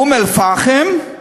אום-אלפחם,